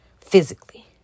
physically